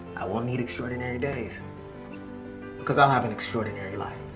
i won't need extraordinary days because i'll have an extraordinary life.